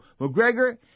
McGregor